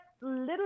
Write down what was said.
little